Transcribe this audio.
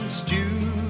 stew